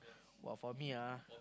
but for me ah